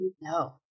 No